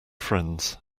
friends